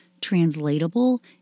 translatable